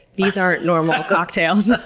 these aren't normal cocktails. ah